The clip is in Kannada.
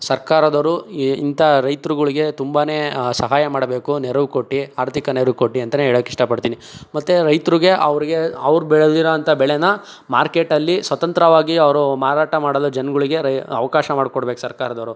ಸರ್ಕಾರದವರು ಈ ಇಂಥ ರೈತ್ರುಗಳಿಗೆ ತುಂಬನೇ ಸಹಾಯ ಮಾಡಬೇಕು ನೆರವು ಕೊಟ್ಟು ಆರ್ಥಿಕ ನೆರವು ಕೊಟ್ಟು ಅಂತೆಯೇ ಹೇಳೊಕ್ಕೆ ಇಷ್ಟಪಡ್ತೀನಿ ಮತ್ತು ರೈತ್ರಿಗೆ ಅವ್ರಿಗೆ ಅವ್ರು ಬೆಳ್ದಿರೋವಂಥ ಬೆಳೆನ ಮಾರ್ಕೆಟಲ್ಲಿ ಸ್ವತಂತ್ರವಾಗಿ ಅವರು ಮಾರಾಟ ಮಾಡಲು ಜನಗಳಿಗೆ ರೈ ಅವಕಾಶ ಮಾಡ್ಕೊಡ್ಬೇಕು ಸರ್ಕಾರದವರು